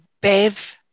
Bev